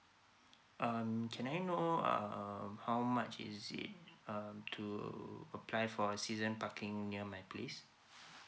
um can I know uh how much is it uh to apply for a season parking near my place